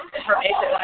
information